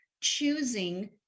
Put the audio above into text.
choosing